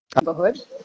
neighborhood